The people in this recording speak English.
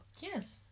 yes